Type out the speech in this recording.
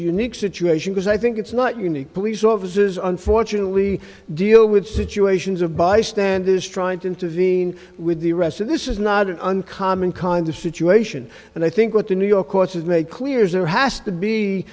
unique situation because i think it's not unique police officers unfortunately deal with situations of bystanders trying to intervene with the rest of this is not an uncommon kind of situation and i think what the new york court has made clear is there has to be